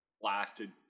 blasted